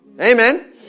Amen